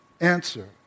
answer